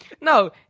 no